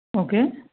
okay